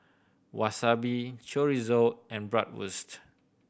Wasabi Chorizo and Bratwurst